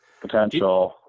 potential